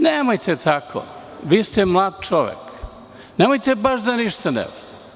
Nemojte tako, vi ste mlad čovek, nemojte baš da ništa ne valja.